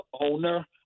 owner